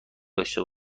داشته